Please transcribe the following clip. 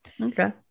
Okay